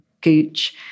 Gooch